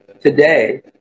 today